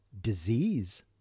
disease